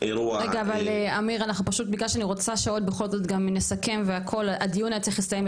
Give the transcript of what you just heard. אמיר, תודה, וגם אם יש שאלות שנראה לך